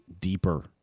deeper